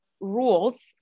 rules